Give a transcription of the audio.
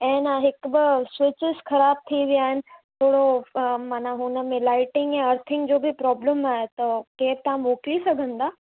ऐं अन हिक ॿ स्विच्सि ख़राबु थी विया आहिनि थोरो माना हुन में लाइटिंग या अर्थिंग जो बि प्रोब्लम आहे त केरु तव्हां मोकिली सघंदा